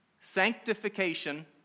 sanctification